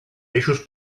eixos